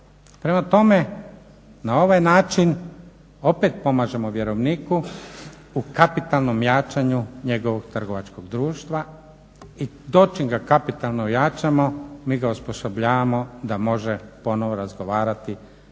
Prema tome, na ovaj način opet pomažemo vjerovniku u kapitalnom jačanju njegovog trgovačkog društva i to čim ga kapitalno ojačamo mi ga osposobljavamo da može ponovo razgovarati